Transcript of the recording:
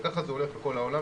וככה זה הולך בכל העולם